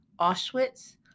Auschwitz